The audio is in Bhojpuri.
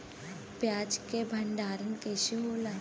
प्याज के भंडारन कइसे होला?